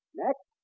next